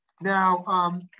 Now